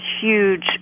huge